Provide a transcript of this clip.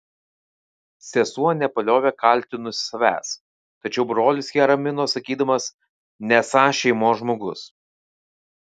sesuo nepaliovė kaltinusi savęs tačiau brolis ją ramino sakydamas nesąs šeimos žmogus